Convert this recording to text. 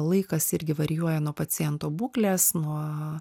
laikas irgi varijuoja nuo paciento būklės nuo